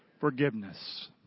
Forgiveness